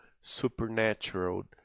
supernatural